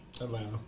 Atlanta